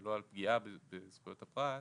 ולא על פגיעה בזכויות הפרט,